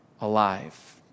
alive